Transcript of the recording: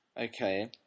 Okay